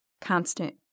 constant